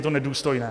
Je to nedůstojné.